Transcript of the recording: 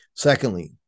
Secondly